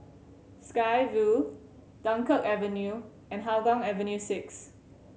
Sky Vue Dunkirk Avenue and Hougang Avenue Six